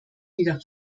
wieder